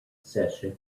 session